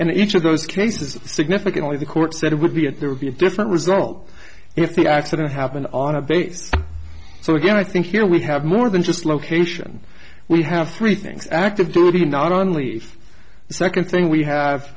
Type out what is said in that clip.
in each of those cases significantly the court said it would be it there would be a different result if the accident happened on a base so again i think here we have more than just location we have three things active duty not only second thing we have